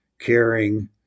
caring